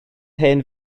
hen